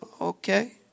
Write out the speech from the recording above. Okay